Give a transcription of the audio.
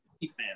defense